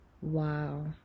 Wow